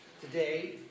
today